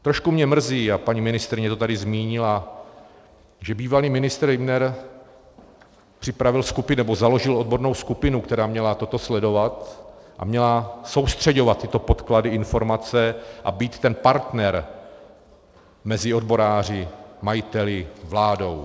Trošku mě mrzí, a paní ministryně to tady zmínila, že bývalý ministr Hüner připravil, nebo založil odbornou skupinu, která měla toto sledovat a měla soustřeďovat tyto podklady, informace a být ten partner mezi odboráři, majiteli, vládou.